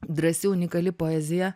drąsi unikali poezija